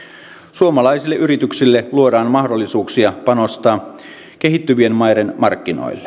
suomalaisille yrityksille luodaan mahdollisuuksia panostaa kehittyvien maiden markkinoille